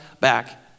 back